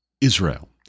Israel